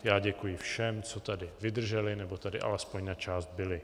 Já děkuji všem, co tady vydrželi nebo tady alespoň na část byli.